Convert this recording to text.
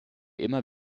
immer